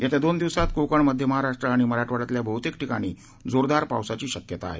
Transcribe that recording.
येत्या दोन दिवसात कोकण मध्य महाराष्ट्र आणि मराठवाइयातल्या बहतेक ठिकाणी जोरदार पावसाची शक्यता आहे